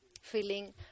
feeling